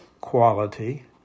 quality